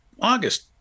August